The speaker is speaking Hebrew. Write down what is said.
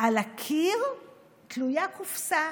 // על הקיר תלויה קופסה,